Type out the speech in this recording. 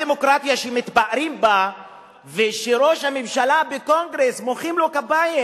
הדמוקרטיה שמתפארים בה ושראש הממשלה בקונגרס מוחאים לו כפיים,